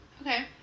Okay